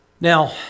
Now